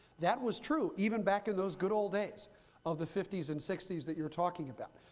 that was true even back in those good old days of the fifty s and sixty s that you're talking about.